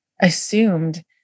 assumed